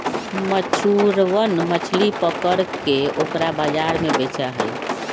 मछुरवन मछली पकड़ के ओकरा बाजार में बेचा हई